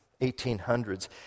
1800s